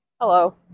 Hello